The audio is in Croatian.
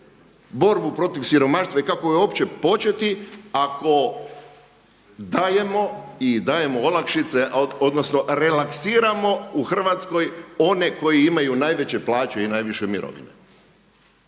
borbu protiv siromaštva i kako ju uopće početi ako dajemo i dajemo olakšice odnosno relaksiramo u Hrvatskoj one koji imaju najveće plaće i najviše mirovine?